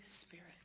Spirit